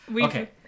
Okay